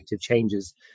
changes